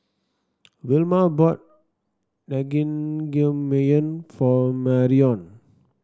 Vilma bought Naengmyeon for Marrion